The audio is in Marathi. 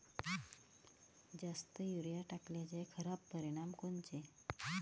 जास्त युरीया टाकल्याचे खराब परिनाम कोनचे?